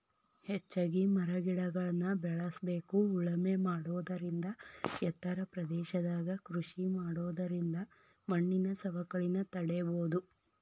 ಹೆಚ್ಚಿಗಿ ಮರಗಿಡಗಳ್ನ ಬೇಳಸ್ಬೇಕು ಉಳಮೆ ಮಾಡೋದರಿಂದ ಎತ್ತರ ಪ್ರದೇಶದಾಗ ಕೃಷಿ ಮಾಡೋದರಿಂದ ಮಣ್ಣಿನ ಸವಕಳಿನ ತಡೇಬೋದು